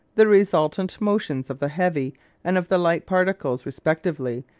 the resultant motions of the heavy and of the light particles respectively,